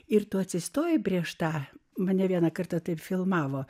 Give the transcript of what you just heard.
ir tu atsistoji prieš tą mane vieną kartą taip filmavo